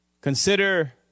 Consider